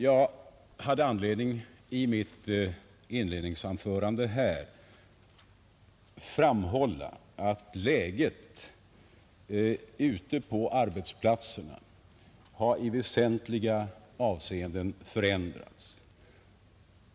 Jag hade anledning att i mitt inledningsanförande framhålla att läget ute på arbetsplatserna i väsentliga avseenden har förändrats.